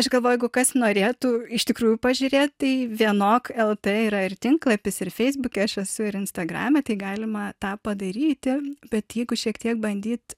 aš galvoju jeigu kas norėtų iš tikrųjų pažiūrėt tai vienok lt yra ir tinklapis ir feisbuke aš esu ir instagrame tai galima tą padaryti bet jeigu šiek tiek bandyt